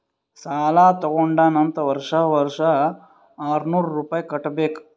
ಸಾಲಾ ತಗೊಂಡಾನ್ ಅಂತ್ ವರ್ಷಾ ವರ್ಷಾ ಆರ್ನೂರ್ ರುಪಾಯಿ ಕಟ್ಟಬೇಕ್